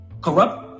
corrupt